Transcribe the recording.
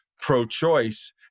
pro-choice